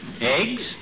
Eggs